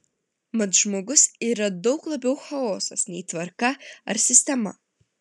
mat žmogus yra daug labiau chaosas nei tvarka ar sistema